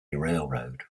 railroad